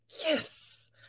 yes